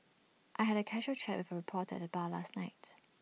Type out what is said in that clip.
I had A casual chat with reporter at bar last night